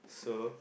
solo